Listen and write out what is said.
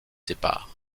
séparent